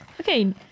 Okay